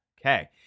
okay